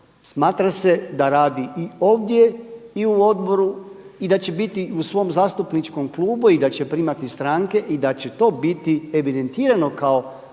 smatra se da radi i ovdje i u odboru i da će biti u svom zastupničkom klubu i da će primati stranke i da će to biti evidentirano kao